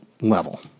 level